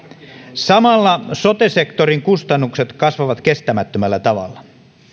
samalla sote sektorin kustannukset kasvavat kestämättömällä tavalla